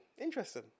interesting